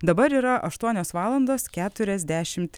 dabar yra aštuonios valandos keturiasdešimt